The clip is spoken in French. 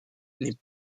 n’est